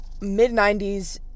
Mid-90s